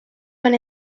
van